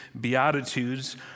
beatitudes